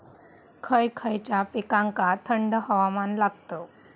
खय खयच्या पिकांका थंड हवामान लागतं?